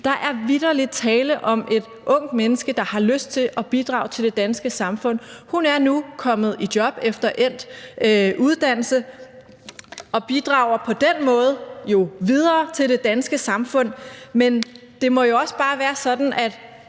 Der er vitterlig tale om et ungt menneske, der har lyst til at bidrage til det danske samfund. Hun er nu kommet i job efter endt uddannelse og bidrager på den måde jo videre til det danske samfund. Men det må jo også bare være sådan, at